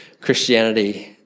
Christianity